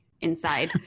inside